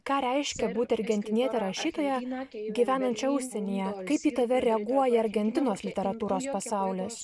ką reiškia būti argentiniete rašytoja gyvenančia užsienyje kaip į tave reaguoja argentinos literatūros pasaulis